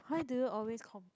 why do you always complain